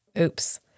Oops